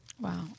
Wow